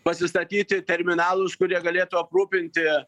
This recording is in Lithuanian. pasistatyti terminalus kurie galėtų aprūpinti